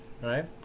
right